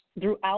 throughout